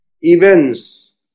Events